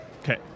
Okay